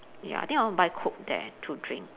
ya I think I want buy coke there to drink